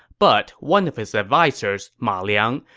but one of his advisers, ma liang,